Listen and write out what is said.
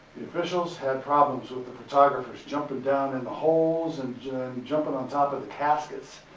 the officials had problems with the photographer's jumping down in the holes, and jumping on top of the caskets,